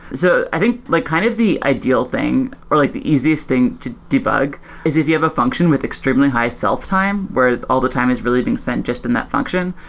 so i think like kind of the ideal ideal thing or like the easiest thing to debug is if you have a function with extremely high self-time where all the time is really being spent just in that function.